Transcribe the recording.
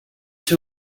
ser